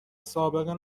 سابقه